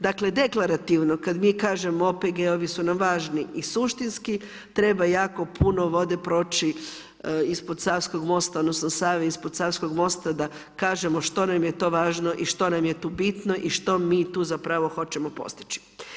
Dakle, deklarativno kad mi kažemo OPG-ovi su nam važni i suštinski, treba jako puno vode proći ispod Savskog mosta, odnosno, Save ispod Savskog mosta, da kažemo što nam je to važno i što nam je tu bitno i što mi zapravo hoćemo postići.